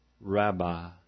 Rabbi